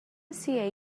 see